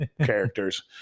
characters